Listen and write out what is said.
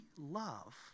love